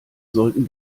sollten